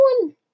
one